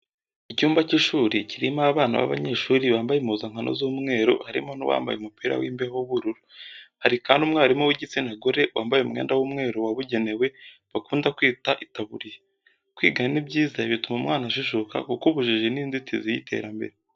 Icyumba cy'ishuri kirimo abana b'abanyeshuri bambaye impuzankano z'umweru harimo n'uwambaye umupira w'imbeho w'ubururu. Hari kandi umwarimu w'igitsina gore wambaye umwenda w'umweru wabugenewe bakunda kwita itaburiya. Kwiga ni byiza bituma umwana ajijuka kuko ubujiji ni inzitizi y'iterambere.